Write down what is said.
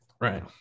right